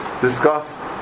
discussed